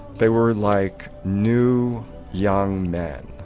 they were like new young men.